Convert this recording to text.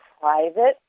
private